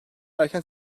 erken